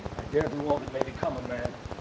dare do all that may become a man.